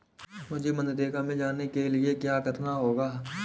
मुझे मनरेगा में जाने के लिए क्या करना होगा?